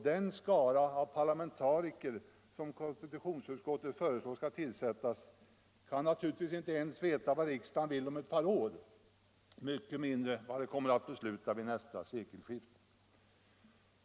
Den skara av parlamentariker som konstitutionsutskottet föreslår skall tillsättas kan naturligtvis inte veta ens vad riksdagen vill om ett par år, mycket mindre vad den kommer att besluta vid nästa sekelskifte.